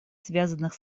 связанных